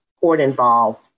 court-involved